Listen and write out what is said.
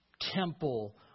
temple